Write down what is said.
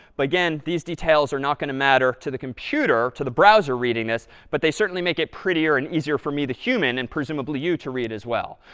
but again, these details are not going to matter to the computer, to the browser reading this, but they certainly make it prettier and easier for me, the human, and presumably you to read as well.